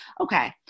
okay